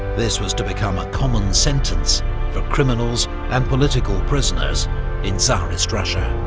this was to become a common sentence for criminals and political prisoners in tsarist russia.